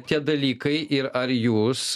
tie dalykai ir ar jūs